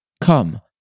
Come